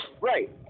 Right